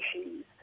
issues